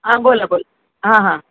हां बोला बोला हां हां